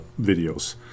videos